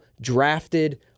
drafted